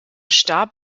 starb